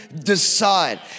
decide